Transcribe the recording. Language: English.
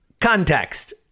context